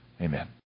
Amen